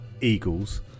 Eagles